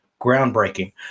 groundbreaking